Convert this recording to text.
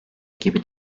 gibi